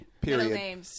period